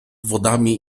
wodami